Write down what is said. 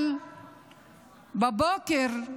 אבל בבוקר,